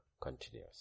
continues